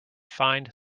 find